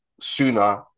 sooner